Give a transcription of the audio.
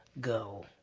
go